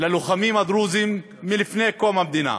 ללוחמים הדרוזים מלפני קום המדינה.